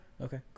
Okay